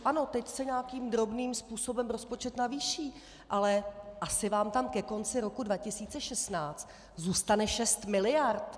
Ano, teď se nějakým drobným způsobem rozpočet navýší, ale asi vám tam ke konci roku 2016 zůstane šest miliard.